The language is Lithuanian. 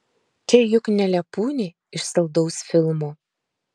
čia juk ne lepūnė iš saldaus filmo